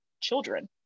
children